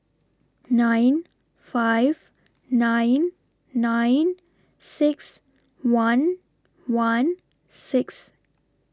nine five nine nine six one one six